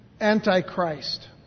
Antichrist